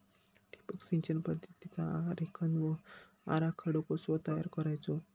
ठिबक सिंचन पद्धतीचा आरेखन व आराखडो कसो तयार करायचो?